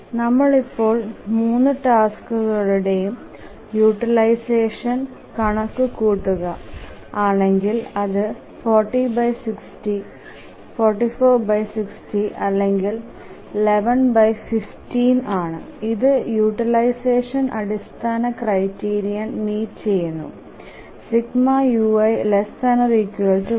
1 നമ്മൾ ഇപ്പോൾ 3 ടാസ്കുകളുടേം യൂട്ടിലൈസഷൻ കണക്കു കൂടുക ആണെകിൽ അതു 4060 4460 അല്ലെകിൽ 1115 ആണ് ഇത് യൂട്ടിലൈസഷൻഡ് അടിസ്ഥാന ക്രൈറ്റീരിയൻ മീറ്റ് ചെയുന്നു ∑ui≤1